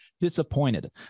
disappointed